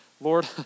Lord